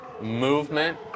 movement